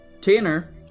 Tanner